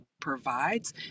provides